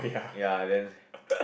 ya then